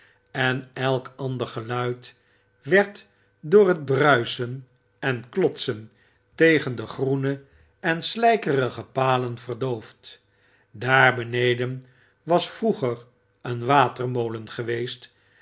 en elk ander geluid werd door het bruisen en klotsen tegen de groene en slijkerige palen verdoofd daar beneden was vroeger een watermolen geweest